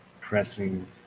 pressing